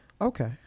Okay